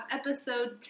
episode